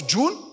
June